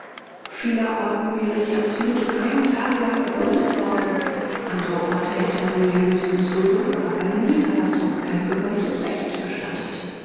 orten wäre ich als jude keinen tag lang geduldet worden anderer orten hätte man mir höchstens duldung aber keine niederlassung kein bürgerliches recht gestattet